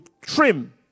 trim